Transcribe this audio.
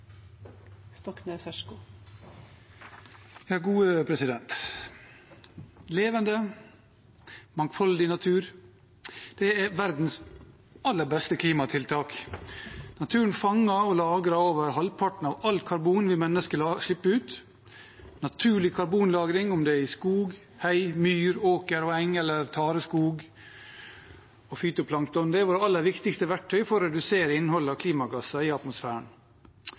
verdens aller beste klimatiltak. Naturen fanger og lagrer over halvparten av alt karbon vi mennesker slipper ut. Naturlig karbonlagring, om det er i skog, hei, myr, åker og eng eller tareskog og fytoplankton, er vårt aller viktigste verktøy for å redusere innholdet av klimagasser i atmosfæren.